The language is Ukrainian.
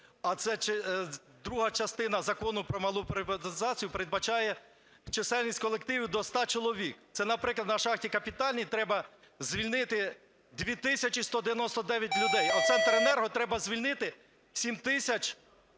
Друга частина закону про малу приватизацію передбачає чисельність колективів до 100 чоловік. Це, наприклад, на шахті "Капітальній" треба звільнити 2 тисячі 199 людей, а в Центренерго треба звільнити 7 тисяч